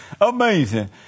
Amazing